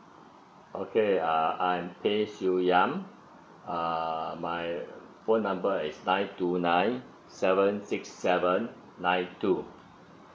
okay uh I'm beh siew yang err my phone number is nine two nine seven six seven nine two